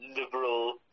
liberal